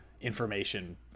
information